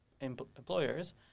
employers